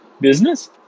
business